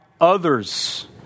others